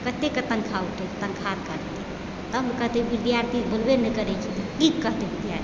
कत्तेके तनखाह उठेतै तनखाहसँ काटतै तब कत्ते विद्यार्थी बोलबे नहि करै छै कि करतै रुपिआके